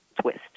twist